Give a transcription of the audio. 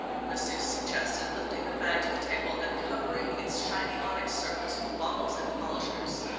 the masseuse suggested, lifting her bag to the table and covering its shiny onyx surface with bottles and polishers.